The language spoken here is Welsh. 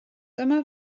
dyma